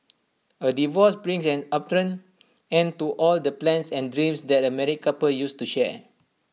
A divorce brings an abrupt end to all the plans and dreams that A married couple used to share